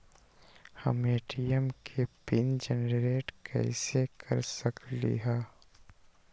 हम ए.टी.एम के PIN generate कईसे कर सकली ह?